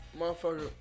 Motherfucker